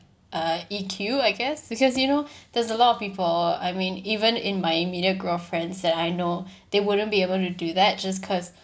uh E_Q I guess because you know there's a lot of people I mean even in my immediate girlfriends that I know they wouldn't be able to do that just cause